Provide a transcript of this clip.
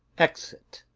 exit.